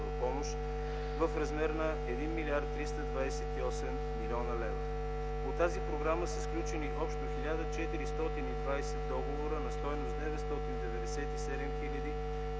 в размер на 1 млрд. 328 млн. лв. По тази програма са сключени общо 1420 договора на стойност 997 млн.